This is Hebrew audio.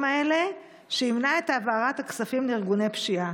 האלה שימנע את העברת הכספים לארגוני פשיעה.